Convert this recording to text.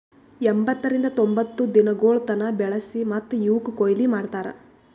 ಎಂಬತ್ತರಿಂದ ತೊಂಬತ್ತು ದಿನಗೊಳ್ ತನ ಬೆಳಸಿ ಮತ್ತ ಇವುಕ್ ಕೊಯ್ಲಿ ಮಾಡ್ತಾರ್